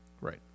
Right